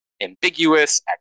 ambiguous